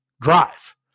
drive